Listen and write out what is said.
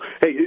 hey